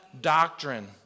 doctrine